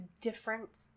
different